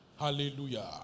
Hallelujah